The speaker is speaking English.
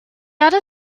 other